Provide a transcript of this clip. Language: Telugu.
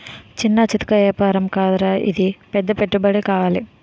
చిన్నా చితకా ఏపారం కాదురా ఇది పెద్ద పెట్టుబడే కావాలి